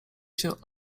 się